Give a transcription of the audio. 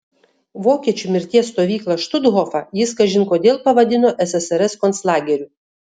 vokiečių mirties stovyklą štuthofą jis kažin kodėl pavadino ssrs konclageriu